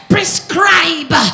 Prescribe